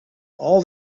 all